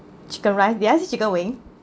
chicken rice did I say chicken wing